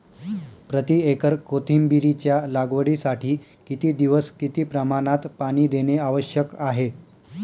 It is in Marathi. प्रति एकर कोथिंबिरीच्या लागवडीसाठी किती दिवस किती प्रमाणात पाणी देणे आवश्यक आहे?